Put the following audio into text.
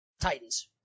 Titans